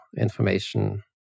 information